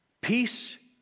peace